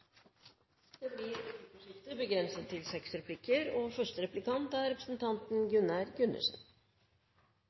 Det blir replikkordskifte, begrenset til seks replikker. Det er litt vanskelig å få tak på hva representanten